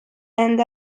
and